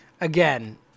Again